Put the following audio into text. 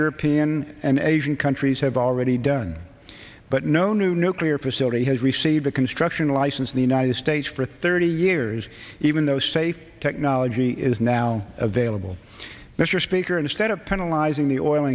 european and asian countries have already done but no new nuclear facility has received a construction license in the united states for thirty years even though safe technology is now available mr speaker instead of penalize in the oil